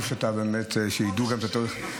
בלי להסתכל, חשוב שידעו גם את התאריך העברי.